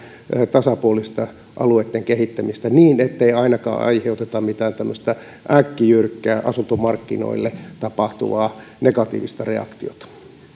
tasapuolisesta alueitten kehittämisestä niin ettei ainakaan aiheuteta mitään tämmöistä äkkijyrkkää asuntomarkkinoilla tapahtuvaa negatiivista reaktiota